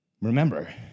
Remember